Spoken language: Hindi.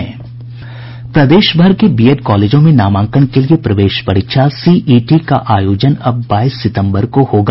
प्रदेश भर के बीएड कॉलेजों में नामांकन के लिए प्रवेश परीक्षा सीईटी का आयोजन अब बाईस सितम्बर को होगा